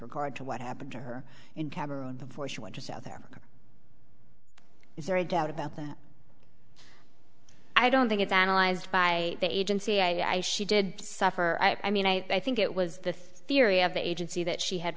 regard to what happened to her in cameroon before she went to south africa is there a doubt about that i don't think it's analyzed by the agency i she did suffer i mean i think it was the theory of the agency that she had